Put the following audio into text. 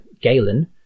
Galen